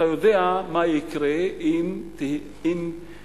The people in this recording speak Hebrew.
אתה יודע מה יקרה אם תתפשט